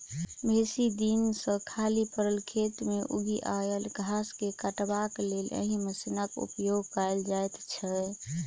बेसी दिन सॅ खाली पड़ल खेत मे उगि आयल घास के काटबाक लेल एहि मशीनक उपयोग कयल जाइत छै